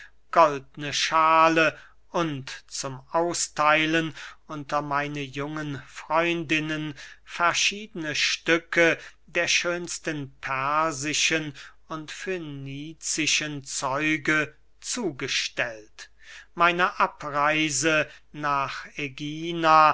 goldne schale und zum austheilen unter meine jungen freundinnen verschiedene stücke der schönsten persischen und fönizischen zeuge zugestellt meine abreise nach